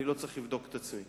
אני לא צריך לבדוק את עצמי.